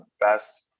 best